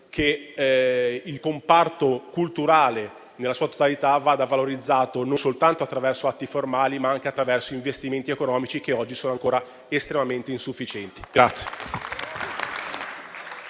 che il comparto culturale nella sua totalità vada valorizzato attraverso non solo atti formali, ma anche attraverso investimenti economici che oggi sono ancora estremamente insufficienti.